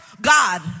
God